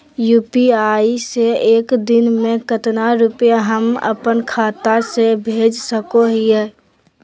UPI से एक दिन में कितना रुपैया हम अपन खाता से भेज सको हियय?